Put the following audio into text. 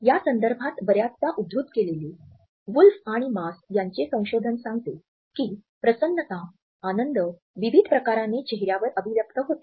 या संदर्भात बर्याचदा उद्धृत केलेले वूल्फ आणि मास यांचे संशोधन सांगते की प्रसन्नता आनंद विविध प्रकाराने चेहऱ्यावर अभिव्यक्त होते